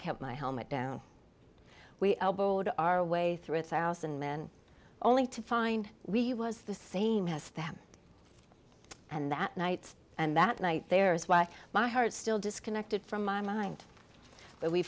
kept my helmet down we elbowed our way through a thousand men only to find we was the same has them and that night and that night there is why my heart still disconnected from my mind but we